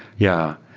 yeah.